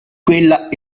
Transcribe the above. quella